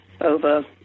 over